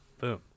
boom